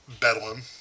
Bedlam